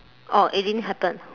oh it didn't happen